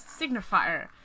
signifier